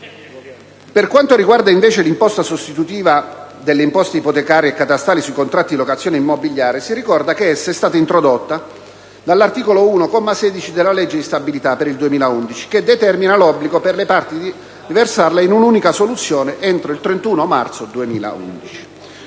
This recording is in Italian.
Per quanto riguarda invece l'imposta sostitutiva delle imposte ipotecarie e catastale sui contratti di locazione immobiliare, si ricorda che essa è stata introdotta dall'articolo 1, comma 16, della legge di stabilità per il 2011, che determina l'obbligo per le parti di versarla in unica soluzione entro il 31 marzo 2011.